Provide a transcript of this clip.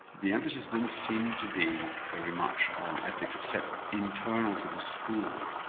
the emphasis didn't seem to be very much on ethics, except internal to the school.